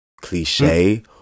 cliche